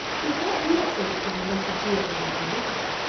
you can't do that sort of thing unless you do it over religion,